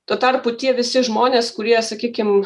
tuo tarpu tie visi žmonės kurie sakykim